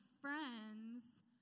friends